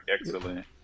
excellent